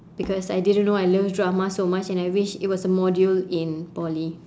because I didn't know I loved drama so much and I wish it was a module in poly